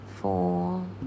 Four